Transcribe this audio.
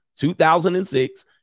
2006